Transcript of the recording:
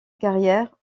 carrière